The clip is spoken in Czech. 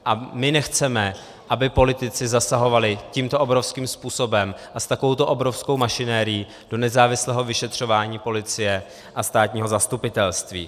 A my nechceme, aby politici zasahovali tímto obrovským způsobem a s takovouto obrovskou mašinérií do nezávislého vyšetřování policie a státního zastupitelství.